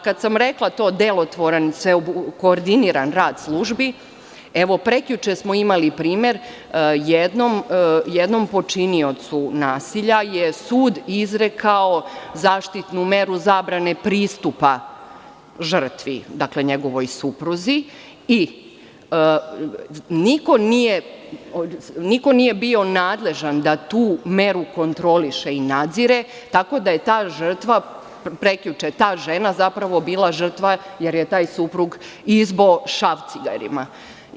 Kada sam rekla to delotvoran i koordiniran rad službi, prekjuče smo imali primer, jednom počiniocu nasilja je sud izrekao zaštitnu meru zabrane pristupa žrtve, njegovoj supruzi i niko nije bio nadležan da tu meru kontroliše i nadzire, tako da je ta žrtva, zapravo ta žena je bila žrtva jer je taj suprug izboo šrafcigerom.